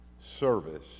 service